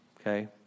okay